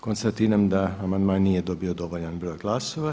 Konstatiram da amandman nije dobio dovoljan broj glasova.